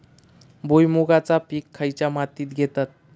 भुईमुगाचा पीक खयच्या मातीत घेतत?